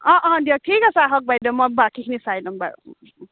অ অ দিয়ক ঠিক আছে আহক বাইদেউ মই বাকীখিনি চাই ল'ম বাৰু ও ও ও